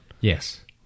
Yes